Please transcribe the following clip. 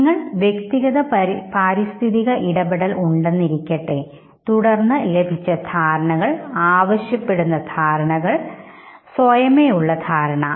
നിങ്ങൾക്ക് വ്യക്തിഗത പരിസ്ഥിതി ഇടപെടൽ ഉണ്ടെന്നിരിക്കട്ടെ തുടർന്ന് ലഭിച്ച ധാരണകൾ ആവശ്യപ്പെടുന്ന ധാരണകൾ സ്വയമേവയുള്ള ധാരണ